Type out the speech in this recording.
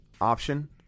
option